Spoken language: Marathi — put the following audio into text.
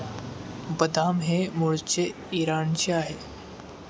बदाम हे मूळचे इराणचे आहे